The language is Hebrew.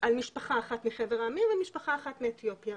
על משפחה אחת מחבר העמים ומשפחה אחת מאתיופיה.